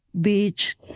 beach